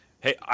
Hey